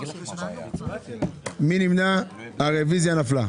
הצבעה הרוויזיה נדחתה הרוויזיה נפלה.